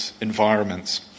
environments